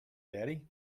daddy